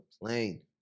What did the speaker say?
plane